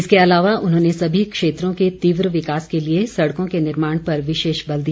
इसके अलावा उन्होंने सभी क्षेत्रों के तीव्र विकास के लिए सड़कों के निर्माण पर विशेष बल दिया